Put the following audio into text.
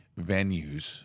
venues